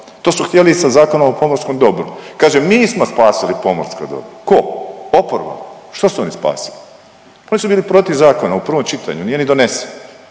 To su htjeli i sa Zakonom o pomorskom dobru, kaže mi smo spasili pomorsko dobro, ko? Oporba. Što su oni spasili? Oni su bili protiv zakona u prvom čitanju, nije ni donesen